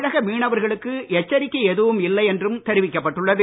தமிழக மீனவர்களுக்கு எச்சரிக்கை எதுவும் இல்லை என்றும் தெரிவிக்கப்பட்டுள்ளது